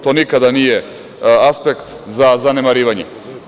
To nikada nije aspekt za zanemarivanje.